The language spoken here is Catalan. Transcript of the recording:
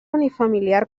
unifamiliar